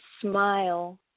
smile